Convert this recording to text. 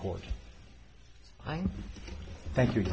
court i thank you